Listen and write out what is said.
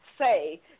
say